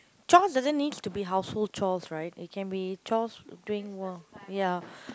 chores doesn't needs to be household chores right it can be chores during ya